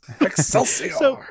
Excelsior